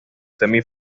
semi